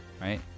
right